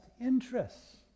interests